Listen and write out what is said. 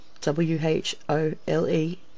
W-H-O-L-E